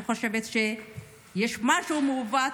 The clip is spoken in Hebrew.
אני חושבת שיש פה משהו מעוות,